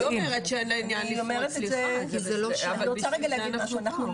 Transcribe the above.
אני רוצה רגע להגיד משהו,